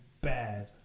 bad